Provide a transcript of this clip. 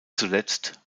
zuletzt